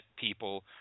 people